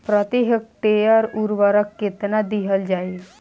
प्रति हेक्टेयर उर्वरक केतना दिहल जाई?